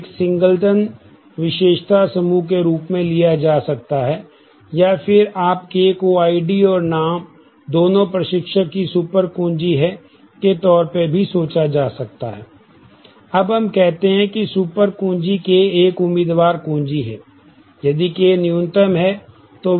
तो K एक singleton और नाम दोनों प्रशिक्षक की सुपर कुंजी है के तौर पर भी सोचा जा सकता है अब हम कहते हैं कि सुपर कुंजी K एक उम्मीदवार कुंजी है यदि K न्यूनतम है